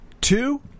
two